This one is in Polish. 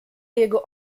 jego